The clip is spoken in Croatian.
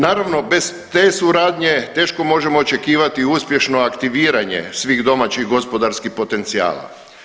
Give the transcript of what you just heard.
Naravno bez te suradnje teško možemo očekivati uspješno aktiviranje svih domaćih gospodarskih potencijala.